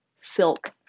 silk